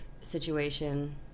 situation